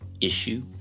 issue